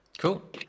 Cool